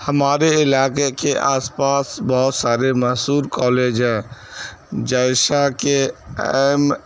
ہمارے علاقے کے آس پاس بہت سارے مشہور کالج ہیں جیسا کہ ایم